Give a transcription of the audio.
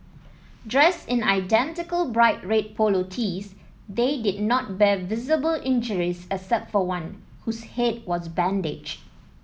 dressed in identical bright red polo tees they did not bear visible injuries except for one whose head was bandaged